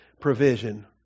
provision